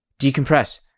decompress